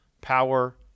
power